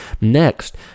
Next